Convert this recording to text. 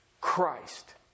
Christ